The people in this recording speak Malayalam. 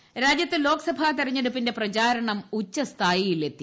ഇലക്ഷൻ രാജ്യത്ത് ലോക്സഭാ തെരഞ്ഞെടുപ്പിന്റെ പ്രചാരണം ഉച്ചസ്ഥായിയിലെത്തി